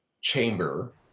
chamber